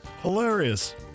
hilarious